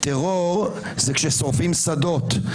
טרור זה כששורפים שדות,